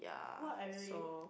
what I really